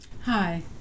Hi